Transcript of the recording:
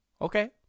okay